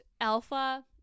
Alpha